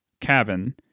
cabin